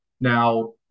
Now